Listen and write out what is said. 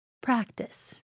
Practice